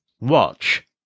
Watch